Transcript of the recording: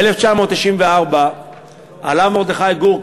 שב-1994 עלה מרדכי גור,